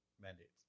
Mandates